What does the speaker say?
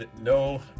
no